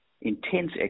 intense